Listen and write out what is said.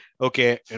okay